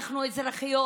אנחנו אזרחיות,